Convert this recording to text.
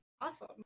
Awesome